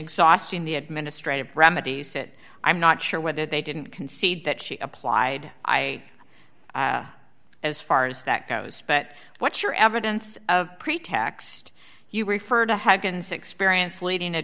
exhausting the administrative remedies that i'm not sure whether they didn't concede that she applied i as far as that goes but what's your evidence of pretext you refer to haggans experience leading a